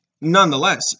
Nonetheless